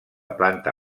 planta